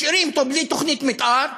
משאירים אותו בלי תוכנית מתאר,